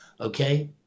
Okay